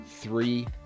Three